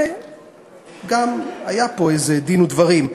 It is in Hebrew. וגם היה פה איזה דין ודברים.